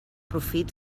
profit